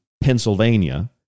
Pennsylvania